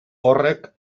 horrek